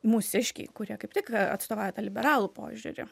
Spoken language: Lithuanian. mūsiškiai kurie kaip tik atstovauja tą liberalų požiūrį